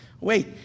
wait